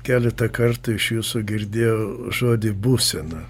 keletą kartų iš jūsų girdėjau žodį būsena